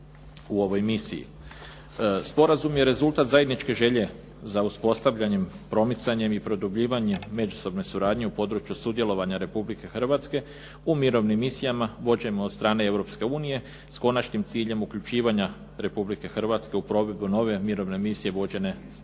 u ovoj misiji. Sporazum je rezultat zajedničke želje za uspostavljanjem, promicanjem i produbljivanjem međusobne suradnje u području sudjelovanja Republike Hrvatske u mirovnim misijama vođenu od strane Europske unije s konačnim ciljem uključivanja Republike Hrvatske u provedbu nove mirovne misije vođene od